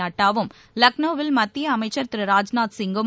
நட்டாவும் லக்னோவில் மத்திய அமைச்சர் திரு ராஜ்நாத்சிங்கும்